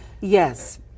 Yes